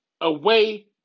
away